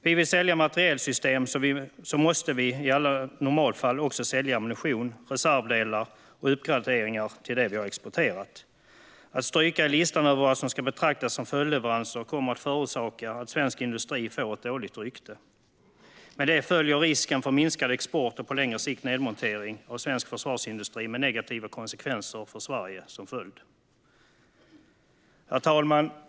Vill vi sälja materielsystem måste vi i alla normalfall också sälja ammunition för, reservdelar till och uppgraderingar av det vi har exporterat. Att stryka i listan över vad som ska betraktas som följdleveranser kommer att ge svensk industri ett dåligt rykte. Med det följer risken för minskad export och på längre sikt nedmontering av svensk försvarsindustri, med negativa konsekvenser för Sverige som följd. Herr talman!